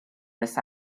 this